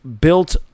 built